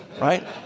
right